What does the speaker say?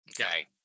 Okay